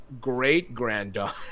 Great-granddaughter